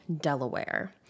Delaware